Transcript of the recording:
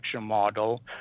model